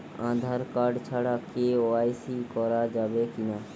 Aadhaar card ছাড়া KYC করা যাবে কি না?